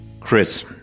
Chris